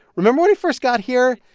remember when we first got here,